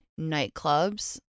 Nightclubs